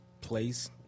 place